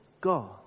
God